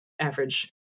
average